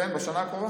השנה הקרובה?